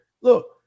look